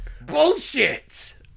Bullshit